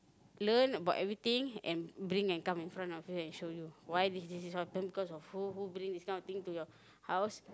learn about everything and bring and come and in front of you and show you why this this this all happen because of who who did this kind of thing to your house